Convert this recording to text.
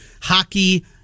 Hockey